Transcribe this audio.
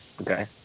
Okay